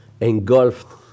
engulfed